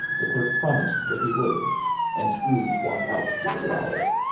the clerk promised that he would and scrooge walked out with a growl.